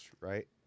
right